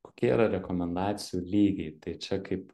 kokie yra rekomendacijų lygiai tai čia kaip